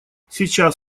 сейчас